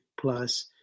Plus